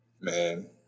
Man